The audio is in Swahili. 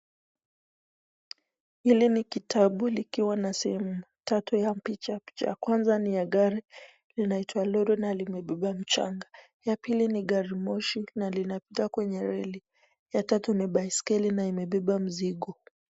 Hili ni kitabu likiwa na sehemu tatu ya picha, picha kwanza ni ya gari linaitwa lori na limebeba mchanga, ya pili ni garimoshi na linapita kwenye reli, ya tatu ni baiskeli na imebeba mzigo.